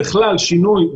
בכלל שינוי,